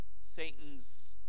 Satan's